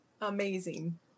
Amazing